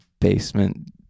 basement